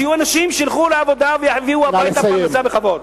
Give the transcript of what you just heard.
שיהיו אנשים שילכו לעבודה ויביאו הביתה פרנסה בכבוד.